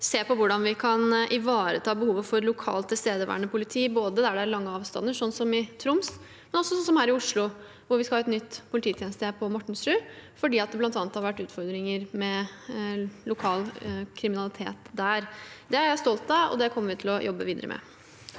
ser på hvordan vi kan ivareta behovet for lokalt tilstedeværende politi, både der det er lange avstander, slik som i Troms, men også som her i Oslo, hvor vi skal ha et nytt polititjenestested på Mortensrud fordi det bl.a. har vært utfordringer med lokal kriminalitet der. Det er jeg stolt av, og det kommer vi til å jobbe videre med.